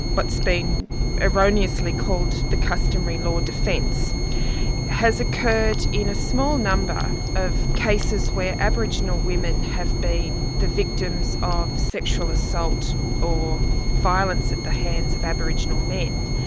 what's been erroneously called the customary law defence has occurred in a small number of cases where aboriginal women have been the victims of sexual assault or violence at the hands of aboriginal men,